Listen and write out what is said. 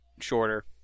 shorter